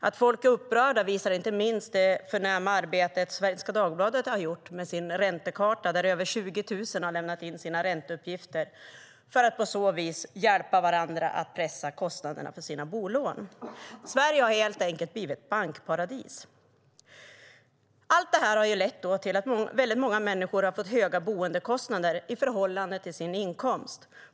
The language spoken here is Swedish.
Att folk är upprörda visar inte minst det förnäma arbete som Svenska Dagbladet har gjort med sin räntekarta där över 20 000 har lämnat in sina ränteuppgifter för att på så vis hjälpa varandra att pressa kostnaderna på sina bolån. Sverige har helt enkelt blivit ett bankparadis. Allt detta har lett till att många människor har fått höga boendekostnader i förhållande till sin inkomst.